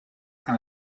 aan